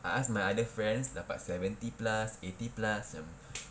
I asked my other friends dapat seventy plus eighty plus and